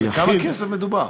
כמה כסף מדובר?